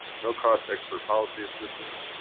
not-cost expert policy assistance,